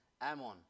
Ammon